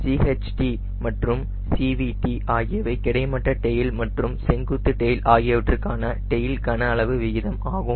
CHT மற்றும் CVT ஆகியவை கிடைமட்ட டெயில் மற்றும் செங்குத்து டெயில் ஆகியவற்றுக்கான டெயில் கன அளவு விகிதம் ஆகும்